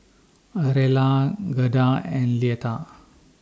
Rella Gerda and Leatha